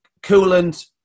coolant